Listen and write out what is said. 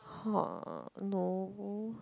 no